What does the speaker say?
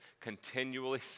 continually